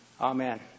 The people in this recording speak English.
Amen